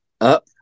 up